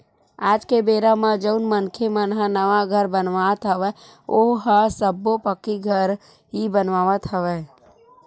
आज के बेरा म जउन मनखे मन ह नवा घर बनावत हवय ओहा सब्बो पक्की घर ही बनावत हवय